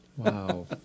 Wow